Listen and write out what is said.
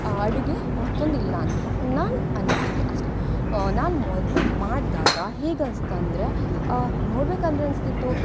ಅಡುಗೆ ಮತ್ತೊಂದಿಲ್ಲ ಅಂತ್ಕೊ ನಂಗೆ ಅನಿಸಿಕೆ ಅಷ್ಟೇ ನಾನು ಮೊದ್ಲು ಮಾಡಿದಾಗ ಹೇಗೆ ಅನ್ಸ್ತಾ ಅಂದರೆ ನೋಡ್ಬೇಕಂದರೆ ಅನ್ಸ್ತಿತ್ತು